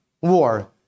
war